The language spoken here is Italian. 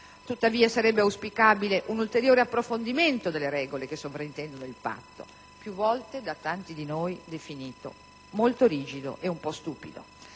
Tuttavia, sarebbe auspicabile un ulteriore approfondimento delle regole che sovrintendono il Patto, più volte da tanti di noi definito molto rigido e un po' stupido.